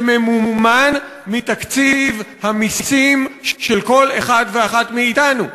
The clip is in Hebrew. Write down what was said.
שממומן מתקציב המסים של כל אחד ואחת מאתנו.